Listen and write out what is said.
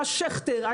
היה שכטר,